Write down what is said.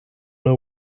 know